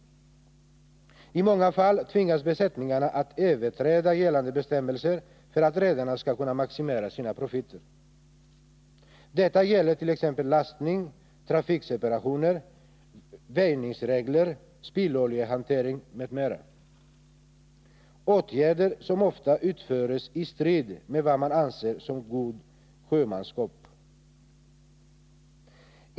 I många fall tvingas besättningarna att överträda gällande bestämmelser för att redarna skall kunna maximera sina profiter. Detta gäller t.ex. vid lastning, trafikseparationer, väjningsregler, spilloljehantering m.m., åtgärder som ofta utföres i strid mot vad man anser som gott sjömanskap.